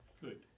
Good